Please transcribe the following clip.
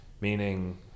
meaning